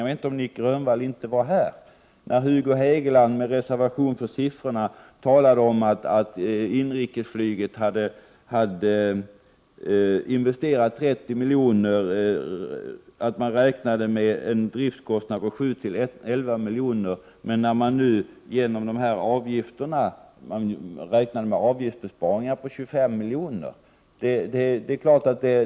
Jag vet inte om Nic Grönvall var här i kammaren när Hugo Hegeland — med reservation för siffrorna — talade om att inrikesflyget hade investerat 30 milj.kr. och att man räknade med en driftskostnad på 7-11 milj.kr., men att man nu genom de här avgifterna räknar med en besparing på 25 milj.kr.